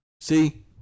See